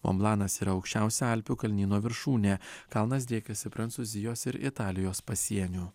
monblanas yra aukščiausia alpių kalnyno viršūnė kalnas driekiasi prancūzijos ir italijos pasieniu